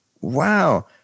wow